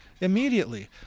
immediately